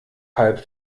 halb